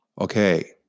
Okay